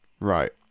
Right